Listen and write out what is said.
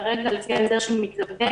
כרגע לפי ההסדר שמתגבש